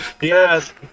Yes